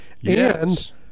Yes